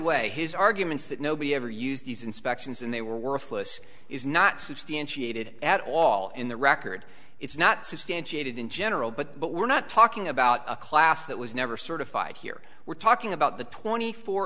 way his arguments that nobody ever used these inspections and they were worthless is not substantiated at all in the record it's not substantiated in general but we're not talking about a class that was never certified here we're talking about the twenty four